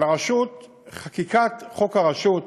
אבל בחקיקת חוק הרשות,